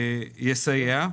תסייע.